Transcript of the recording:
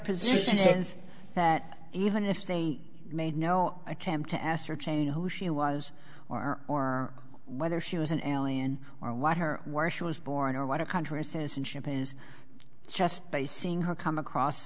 position is that even if they made no attempt to ascertain who she was or or whether she was an alley and or what her where she was born or what a country says unship is just by seeing her come across